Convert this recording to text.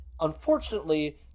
unfortunately